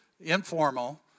informal